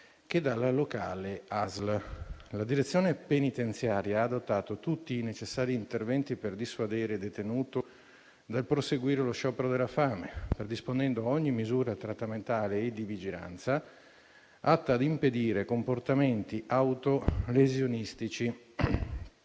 che dalla locale ASL. La direzione penitenziaria ha adottato tutti i necessari interventi per dissuadere il detenuto dal proseguire lo sciopero della fame, predisponendo ogni misura trattamentale e di vigilanza atta a impedire comportamenti autolesionistici,